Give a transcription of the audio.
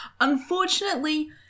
Unfortunately